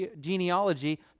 genealogy